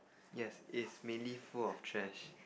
yes it is mainly full of trash